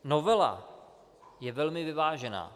Novela je velmi vyvážená.